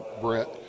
Brett